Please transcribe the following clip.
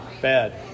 bad